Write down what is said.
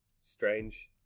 strange